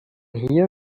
hier